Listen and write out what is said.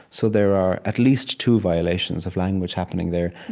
so there are at least two violations of language happening there.